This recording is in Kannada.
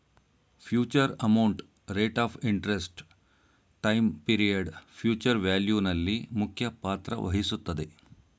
future amount, rate of interest, time period future value ನಲ್ಲಿ ಮುಖ್ಯ ಪಾತ್ರ ವಹಿಸುತ್ತದೆ